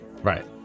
Right